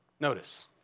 Notice